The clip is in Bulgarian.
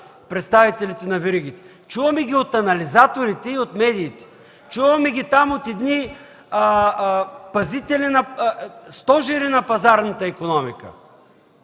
представителите на веригите, чуваме ги от анализаторите и от медиите. Чуваме ги от едни пазители, стожери на пазарната икономика,